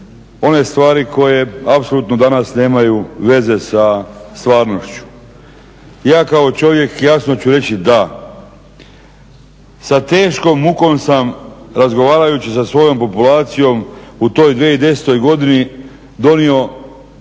one stvari koje apsolutno danas nemaju veze sa stvarnošću. Ja kao čovjek jasno ću reći da sa teškom mukom sam razgovarajući sa svojom populacijom u toj 2010. godini donio